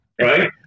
Right